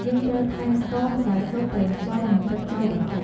យើងត្រូវថែម ស្ករ ម្សៅស៊ុប ប្រេងខ្យង និងទឹកចូលបន្តិច។